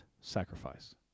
sacrifice